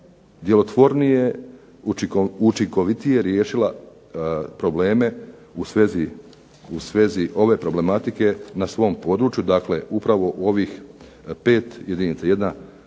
djelotvornije, učinkovitije riješila probleme u svezi ove problematike na svom području, dakle upravo u ovih 5 jedinica. Jedna